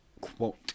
quote